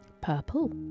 Purple